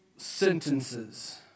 Sentences